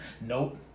Nope